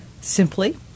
simply